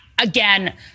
Again